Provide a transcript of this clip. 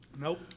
Nope